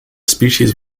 species